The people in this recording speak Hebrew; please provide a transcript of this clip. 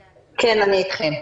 כן, אני אתכם.